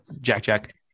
Jack-Jack